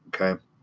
Okay